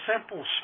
simple